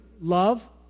love